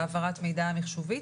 העברת המידע המחשובית,